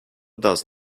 does